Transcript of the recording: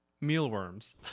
Mealworms